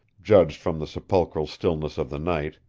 judged from the sepulchral stillness of the night,